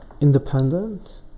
independent